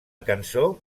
cançó